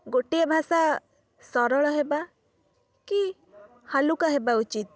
ଗୋଟିଏ ଭାଷା ସରଳ ହେବା କି ହାଲୁକା ହେବା ଉଚିତ୍